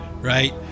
right